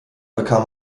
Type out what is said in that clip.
bekam